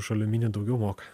už aliuminį daugiau moka